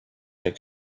are